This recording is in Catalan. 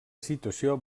situació